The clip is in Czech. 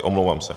Omlouvám se.